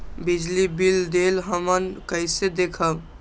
बिजली बिल देल हमन कईसे देखब?